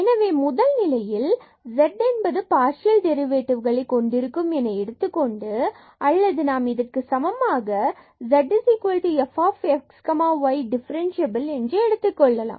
எனவே நாம் முதல்நிலையில் z என்பது பார்சியல் டெரிவேட்டிவ்களைக் கொண்டிருக்கும் என எடுத்துக்கொண்டு அல்லது நாம் இதற்கு சமமாக z f x y differentiable என்று எடுத்துக்கொள்ளலாம்